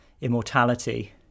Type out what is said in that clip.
immortality